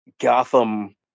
Gotham